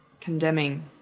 condemning